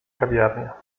kawiarnia